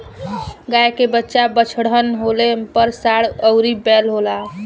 गाय के बच्चा बड़हन होले पर सांड अउरी बैल होला